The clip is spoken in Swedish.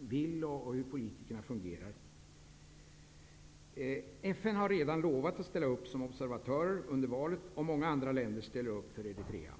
vill och hur politikerna fungerar. FN har redan lovat att ställa upp med observatörer under valet, och många andra länder ställer upp för Eritrea.